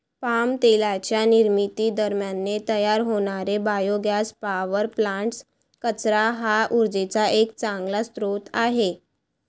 palm तेलाच्या निर्मिती दरम्यान तयार होणारे बायोगॅस पॉवर प्लांट्स, कचरा हा उर्जेचा एक चांगला स्रोत आहे